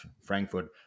Frankfurt